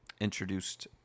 introduced